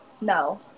No